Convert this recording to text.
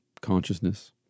consciousness